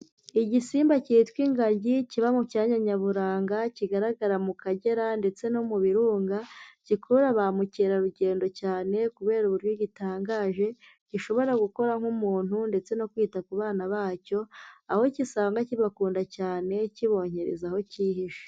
Igisimba cyitwa ingagi kiba mu cyanya nyaburanga kigaragara mu Kagera ndetse no mu birunga gikurura ba mukerarugendo cyane kubera uburyo gitangaje, gishobora gukora nk'umuntu ndetse no kwita ku bana bacyo, aho gisanga kibakunda cyane kibonkereza aho cyihishe.